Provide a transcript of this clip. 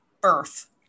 birth